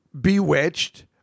Bewitched